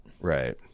right